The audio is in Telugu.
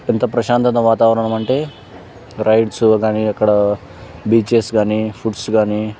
పెద్ద ప్రశాంతత వాతావరణం అంటే రైడ్స్ గానీ అక్కడ బీచెస్ గానీ ఫుడ్స్ గానీ